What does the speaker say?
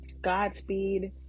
Godspeed